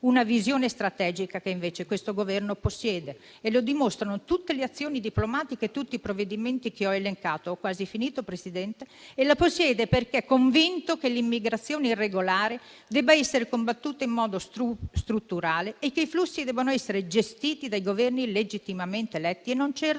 Una visione strategica che invece questo Governo possiede, come dimostrano tutte le azioni diplomatiche e tutti i provvedimenti che ho elencato. E la possiede perché è convinto che l'immigrazione irregolare debba essere combattuta in modo strutturale e che i flussi debbano essere gestiti dai Governi legittimamente eletti e non certo